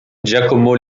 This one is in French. giacomo